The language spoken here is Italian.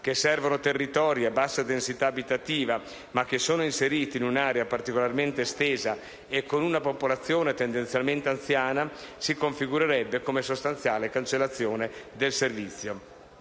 che servono territori a bassa densità abitativa, ma che sono inseriti in un'area particolarmente estesa e con una popolazione tendenzialmente anziana, si configurerebbe come sostanziale cancellazione del servizio.